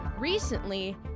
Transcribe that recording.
Recently